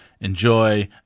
enjoy